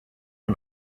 run